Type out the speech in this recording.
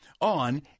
on